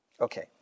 Okay